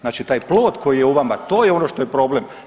Znači taj plod koji je u vama, to je ono što je problem.